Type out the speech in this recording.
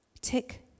tick